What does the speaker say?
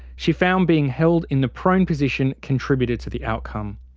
she found being held in the prone position contributed to the outcome.